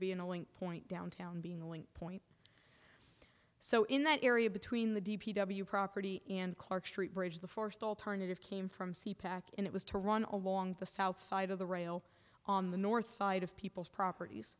be annoying point downtown being a link point so in that area between the d p w property and clark street bridge the forced alternative came from c pac and it was to run along the south side of the rail on the north side of people's properties